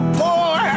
poor